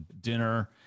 dinner